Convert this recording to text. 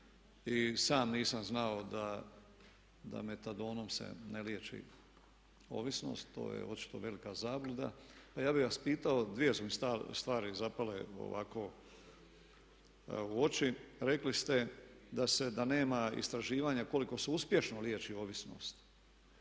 I sam nisam znao da metadonom se ne liječi ovisnost, to je očito velika zabluda. Pa ja bih vas pitao, dvije su mi stvari zapale ovako u oči. Rekli ste, da se, da nema istraživanja koliko se uspješno liječi ovisnost